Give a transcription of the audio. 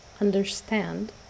understand